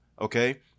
okay